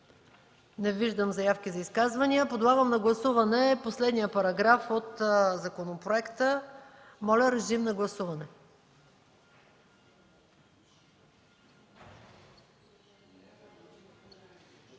Не виждам заявки за изказвания. Подлагам на гласуване последния параграф от законопроекта. Гласували